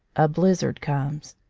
a blizzard comes.